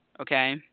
okay